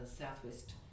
Southwest